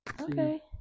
Okay